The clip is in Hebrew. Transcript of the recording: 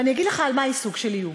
אני אגיד לך על מה היא סוג של איום.